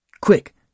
Quick